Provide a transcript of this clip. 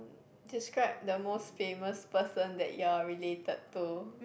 describe the most famous person that you are related to